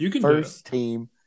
first-team